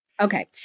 Okay